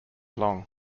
long